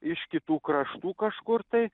iš kitų kraštų kažkur tai